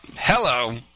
Hello